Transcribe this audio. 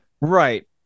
Right